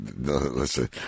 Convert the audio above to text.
Listen